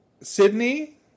Sydney